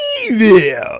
evil